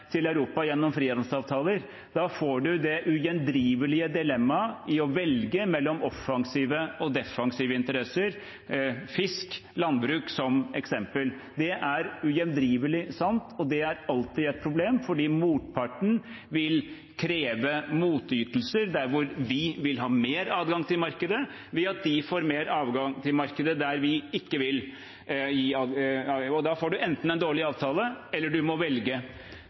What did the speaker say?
til Europa gjennom frihandelsavtaler. Da får man det ugjendrivelige dilemmaet å velge mellom offensive og defensive interesser – fisk og landbruk som eksempel. Det er ugjendrivelig sant, og det er alltid et problem, fordi motparten vil kreve motytelser der hvor vi vil ha mer adgang til markedet, ved at de får mer adgang til markedet der vi ikke vil gi det. Da får man enten en dårlig avtale, eller man må velge.